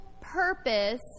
purpose